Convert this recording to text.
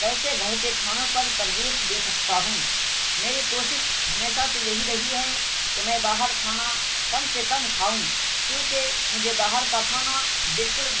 کیسے گھر کے کھانوں پر ترجیح دے سکتا ہوں میری کوشش ہمیشہ سے یہی رہی ہے کہ میں باہر کھانا کم سے کم کھاؤں کیونکہ مجھے باہر کا کھانا بالکل